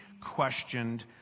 questioned